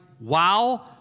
wow